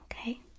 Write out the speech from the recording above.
Okay